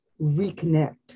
reconnect